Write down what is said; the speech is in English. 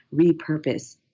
repurpose